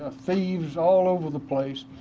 ah thieves all over the place.